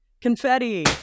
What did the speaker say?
Confetti